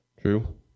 True